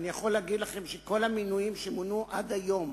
אני יכול להגיד לכם שכל המינויים שנעשו עד היום